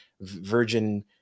virgin